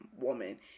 woman